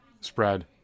spread